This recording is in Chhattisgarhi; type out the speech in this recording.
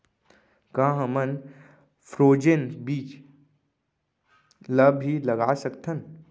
का हमन फ्रोजेन बीज ला भी लगा सकथन?